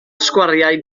sgwariau